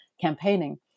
campaigning